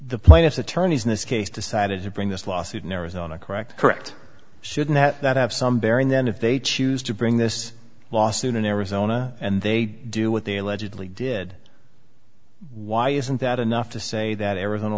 the plaintiff's attorneys in this case decided to bring this lawsuit in arizona correct correct shouldn't that have some bearing then if they choose to bring this lawsuit in arizona and they do what they allegedly did why isn't that enough to say that arizona